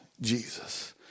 Jesus